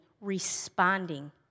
responding